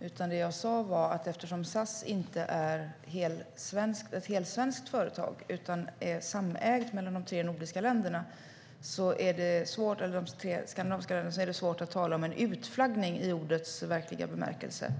utan det jag sa var att eftersom SAS inte är ett helsvenskt företag utan är samägt mellan de tre skandinaviska länderna är det svårt att tala om en utflaggning i ordets verkliga bemärkelse.